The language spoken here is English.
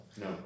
No